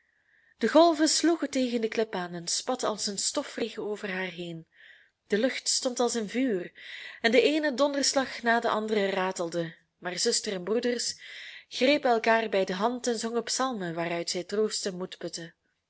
de golven sloegen tegen de klip aan en spatten als een stofregen over haar heen de lucht stond als in vuur en de eene donderslag na den anderen ratelde maar zuster en broeders grepen elkaar bij de hand en zongen psalmen waaruit zij troost en moed putten